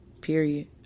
Period